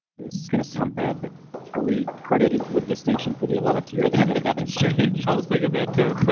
this is gonna sound bad, but are we accredited with distinction for the eleventh year that have nothing strange? i was thinking like that too.